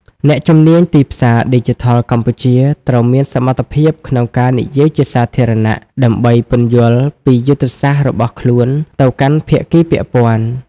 អ្នកជំនាញទីផ្សារឌីជីថលកម្ពុជាត្រូវមានសមត្ថភាពក្នុងការនិយាយជាសាធារណៈ ដើម្បីពន្យល់ពីយុទ្ធសាស្ត្ររបស់ខ្លួនទៅកាន់ភាគីពាក់ព័ន្ធ។